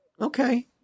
Okay